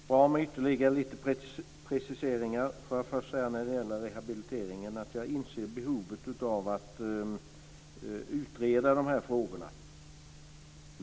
Fru talman! Det var bra med ytterligare lite preciseringar. Får jag först säga när det gäller rehabiliteringen att jag inser behovet av att utreda de här frågorna.